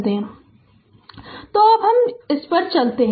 Refer Slide Time 1346 तो अब हम इस पर चलते हैं